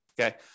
Okay